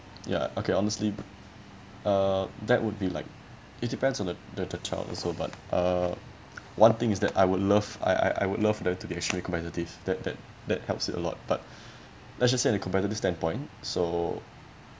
ya okay honestly uh that would be like it depends on the the the child also but uh one thing is that I would love I I would love them to be actually competitive that that that helps it a lot but let's just say the competitive standpoint so